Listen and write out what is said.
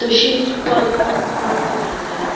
तशीच पर्रा काळंगा लायतात